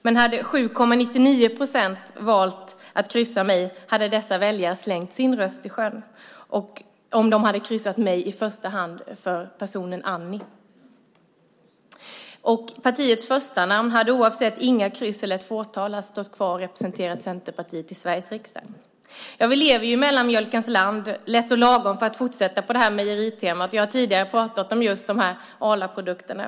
Men hade 7,99 procent valt att kryssa mig hade de väljare som kryssade mig i första hand för personen Annies skull slängt sina röster i sjön. Partiets förstanamn hade stått kvar, även med ett fåtal eller inga kryss, och fått representera Centerpartiet i Sveriges riksdag. Vi lever i mellanmjölkens land. Lätt & lagom kan man också säga för att fortsätta på mejeritemat. Jag har tidigare pratat om just de här Arlaprodukterna.